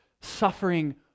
suffering